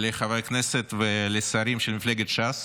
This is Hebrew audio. לחברי כנסת ולשרים של מפלגת ש"ס